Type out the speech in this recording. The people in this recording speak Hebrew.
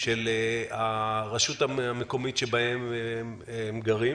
של הרשות המקומית שבה הם גרים,